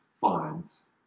finds